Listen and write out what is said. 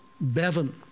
Bevan